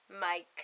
Mike